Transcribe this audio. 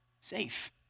safe